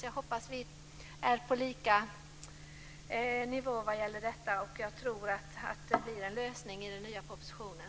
Jag hoppas att vi är på samma våglängd i den här frågan, och jag tror att det blir en lösning i den nya propositionen.